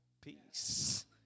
Peace